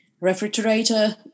refrigerator